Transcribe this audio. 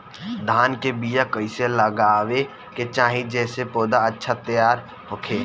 धान के बीया कइसे लगावे के चाही जेसे पौधा अच्छा तैयार होखे?